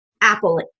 Apple